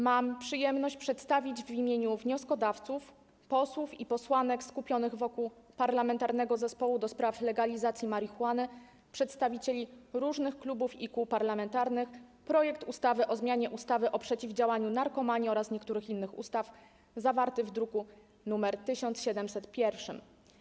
Mam przyjemność przedstawić w imieniu wnioskodawców, posłów i posłanek skupionych wokół Parlamentarnego Zespołu ds. Legalizacji Marihuany, przedstawicieli różnych klubów i kół parlamentarnych projekt ustawy o zmianie ustawy o przeciwdziałaniu narkomanii oraz niektórych innych ustaw, zawarty w druku nr 1701.